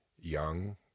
young